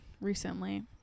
recently